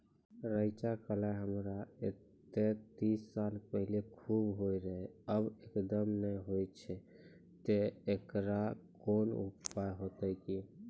रेचा, कलाय हमरा येते तीस साल पहले खूब होय रहें, अब एकदम नैय होय छैय तऽ एकरऽ कोनो उपाय हेते कि?